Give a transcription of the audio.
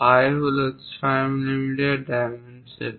phi হল 6 millimetre dimension